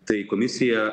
tai komisija